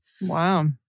Wow